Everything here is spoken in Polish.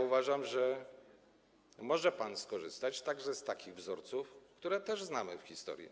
Uważam, że może pan skorzystać z takich wzorców, które też znamy z historii.